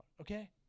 Okay